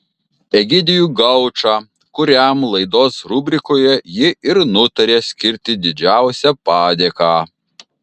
egidijų gaučą kuriam laidos rubrikoje ji ir nutarė skirti didžiausią padėką